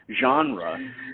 genre